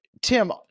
Tim